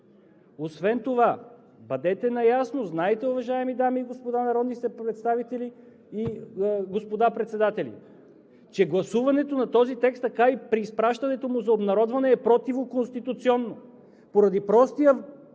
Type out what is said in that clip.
Освен това, бъдете наясно и знайте, уважаеми дами и господа народни представители и председатели, че гласуването на този текст и изпращането му за обнародване е противоконституционно